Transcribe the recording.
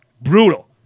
brutal